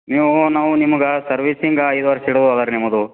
ನೀವು ನಾವು ನಿಮಗೆ ಸರ್ವಿಸಿಂಗ್ ಐದು ವರ್ಷ ಇರ್ಬೋದ ರೀ ನಿಮ್ಮದು